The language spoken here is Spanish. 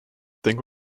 tengo